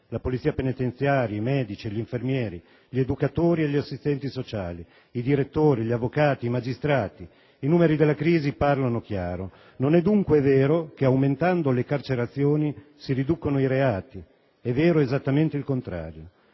la polizia penitenziaria, i medici e gli infermieri, gli educatori e gli assistenti sociali, i direttori, gli avvocati, i magistrati. I numeri della crisi parlano chiaro. Non è dunque vero che aumentando le carcerazioni si riducono i reati: è vero esattamente il contrario.